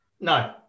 No